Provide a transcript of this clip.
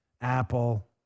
Apple